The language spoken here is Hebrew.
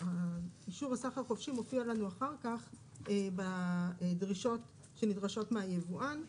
אישור הסחר החופשי מופיע לנו אחר כך בדרישות שנדרשות מהיבואן,